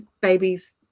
babies